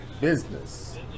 business